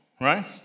right